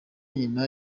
nyina